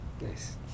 Nice